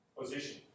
position